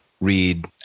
read